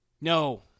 No